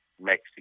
Mexico